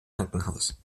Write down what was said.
krankenhaus